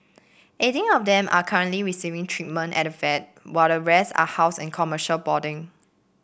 eighteen of them are currently receiving treatment at the vet while the rest are housed in commercial boarding